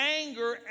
anger